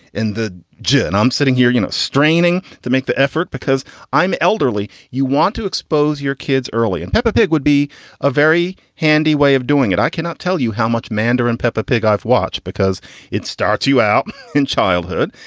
and the gin. i'm sitting here, you know, straining to make the effort because i'm elderly. you want to expose your kids early and peppa pig would be a very handy way of doing it. i cannot tell you how much mandarin peppa pig i've watched because it starts you out in childhood.